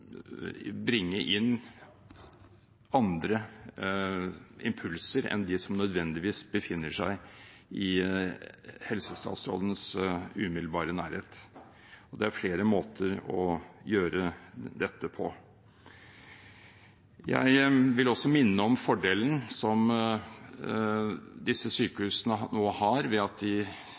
bringe inn andre impulser enn de som nødvendigvis befinner seg i helsestatsrådens umiddelbare nærhet. Og det er flere måter å gjøre dette på. Jeg vil også minne om fordelen som disse sykehusene nå har ved at de